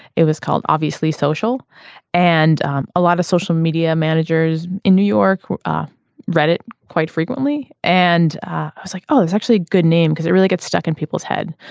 it was called obviously social and a lot of social media managers in new york. i read it quite frequently and i was like oh it's actually a good name because it really gets stuck in people's head.